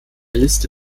liste